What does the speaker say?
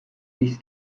this